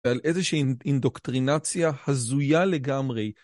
על איזושהי אינדוקטרינציה הזויה לגמרי.